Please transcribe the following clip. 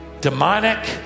demonic